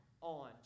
on